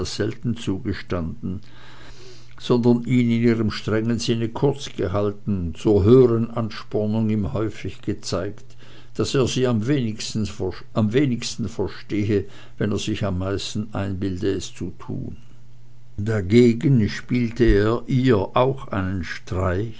selten zugestanden sondern ihn in ihrem strengen sinne kurzgehalten und zur höheren anspornung ihm häufig gezeigt daß er sie am wenigsten verstehe wenn er sich am meisten einbilde es zu tun dagegen spielte er ihr auch einen streich